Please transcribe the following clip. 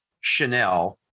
Chanel